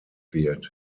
wird